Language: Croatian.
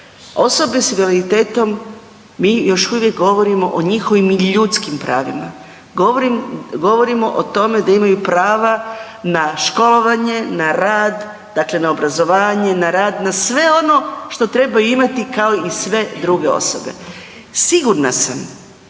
osobe s invaliditetom mi još uvijek govorimo o njihovim ljudskim pravima, govorimo o tome da imaju prava na školovanje, na rad, dakle na obrazovanje, na rad, na sve ono što trebaju imati kao i sve druge osobe. Sigurna sam